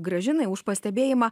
gražinai už pastebėjimą